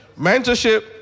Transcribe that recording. mentorship